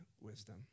wisdom